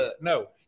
No